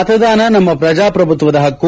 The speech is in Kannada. ಮತದಾನ ನಮ್ಮ ಪ್ರಜಾಪ್ರಭುತ್ವದ ಹಕ್ಕು